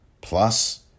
plus